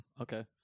Okay